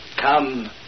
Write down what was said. Come